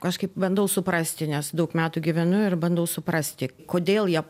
kažkaip bandau suprasti nes daug metų gyvenu ir bandau suprasti kodėl jie